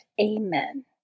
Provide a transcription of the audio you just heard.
Amen